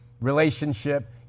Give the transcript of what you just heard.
relationship